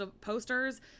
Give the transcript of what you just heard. posters